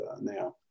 now